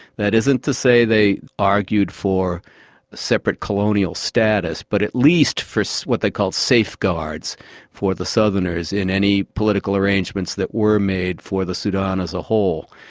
that isn't to say they argued for separate colonial status, but at least for so what they called safeguards for the southerners in any political arrangements that were made for the sudan as a whole.